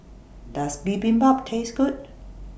Does Bibimbap Taste Good